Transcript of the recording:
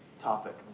topic